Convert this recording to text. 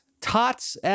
tots